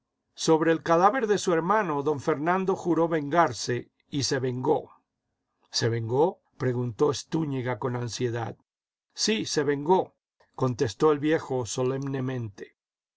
sobre el cadáver de su hermano don fernando juró vengarse y se vengó jse vengó preguntó pstúñiga con ansiedad sí se vengó contestó el viejo